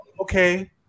Okay